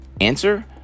Answer